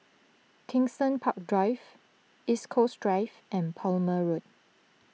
Kensington Park Drive East Coast Drive and Palmer Road